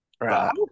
Right